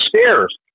stairs